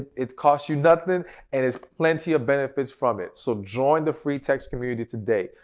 it costs you nothing and there's plenty of benefits from it. so, join the free text community today.